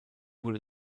wurde